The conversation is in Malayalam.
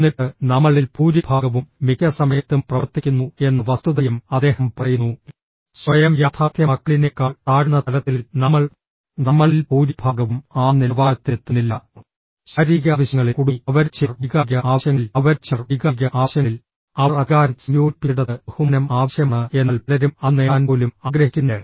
എന്നിട്ട് നമ്മളിൽ ഭൂരിഭാഗവും മിക്ക സമയത്തും പ്രവർത്തിക്കുന്നു എന്ന വസ്തുതയും അദ്ദേഹം പറയുന്നു സ്വയം യാഥാർത്ഥ്യമാക്കലിനേക്കാൾ താഴ്ന്ന തലത്തിൽ നമ്മൾ നമ്മളിൽ ഭൂരിഭാഗവും ആ നിലവാരത്തിലെത്തുന്നില്ല ശാരീരിക ആവശ്യങ്ങളിൽ കുടുങ്ങി അവരിൽ ചിലർ വൈകാരിക ആവശ്യങ്ങളിൽ അവരിൽ ചിലർ വൈകാരിക ആവശ്യങ്ങളിൽ അവർ അധികാരം സംയോജിപ്പിച്ചിടത്ത് ബഹുമാനം ആവശ്യമാണ് എന്നാൽ പലരും അത് നേടാൻ പോലും ആഗ്രഹിക്കുന്നില്ല